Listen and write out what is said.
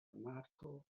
marto